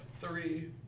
three